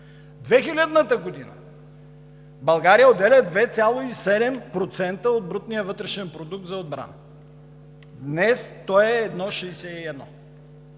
2000 г. България отделя 2,7% от брутния вътрешен продукт за отбрана. Днес той е 1,61%,